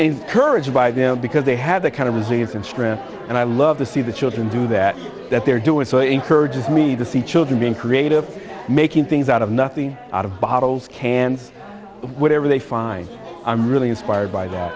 encouraged by them because they have the kind of resilience and strength and i love to see the children do that that they're doing so encourages me to see children being creative making things out of nothing out of bottles cans whatever they find i'm really inspired by that